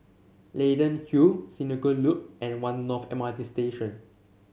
Leyden Hill Senoko Loop and One North M R T Station